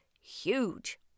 huge